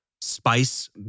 spice